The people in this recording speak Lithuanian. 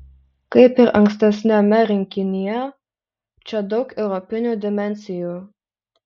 kaip ir ankstesniame rinkinyje čia daug europinių dimensijų